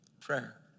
prayer